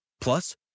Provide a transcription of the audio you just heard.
Plus